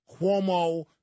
Cuomo